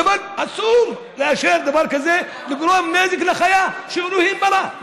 אסור לאשר דבר כזה, לגרום נזק לחיה שאלוהים ברא.